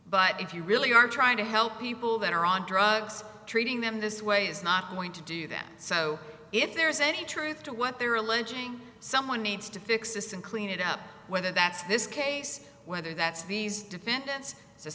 but if you really are trying to help people that are on drugs treating them this way is not going to do that so if there's any truth to what they're alleging someone needs to fix this and clean it up whether that's this case whether that's these defendant